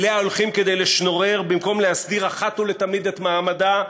שאליה הולכים כדי לשנורר במקום להסדיר אחת ולתמיד את מעמדה,